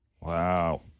Wow